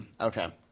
okay